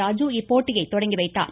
ராஜு இப்போட்டியை தொடங்கி வைத்தார்